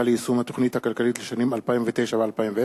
ליישום התוכנית הכלכלית לשנים 2009 ו-2010),